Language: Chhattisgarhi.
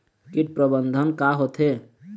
कीट प्रबंधन का होथे?